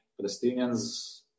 Palestinians